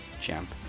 champ